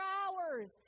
hours